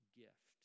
gift